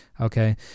okay